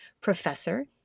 professor